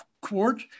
court